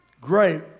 Great